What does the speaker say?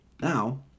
Now